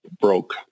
broke